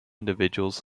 individuals